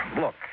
Look